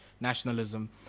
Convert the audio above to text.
nationalism